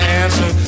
answer